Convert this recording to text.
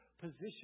position